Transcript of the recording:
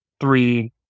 three